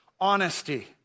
Honesty